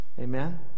Amen